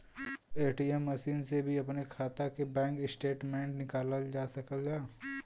ATM machine से भी अपने खाता के बैंक स्टेटमेंट निकालल जा सकेला